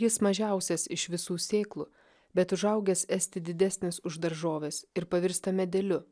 jis mažiausias iš visų sėklų bet užaugęs esti didesnis už daržoves ir pavirsta medeliu